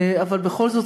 אבל בכל זאת,